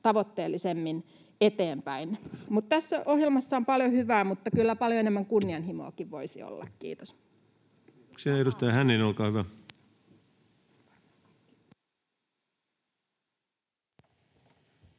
tavoitteellisemmin eteenpäin. Tässä ohjelmassa on paljon hyvää, mutta kyllä paljon enemmän kunnianhimoakin voisi olla. — Kiitos.